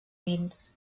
vins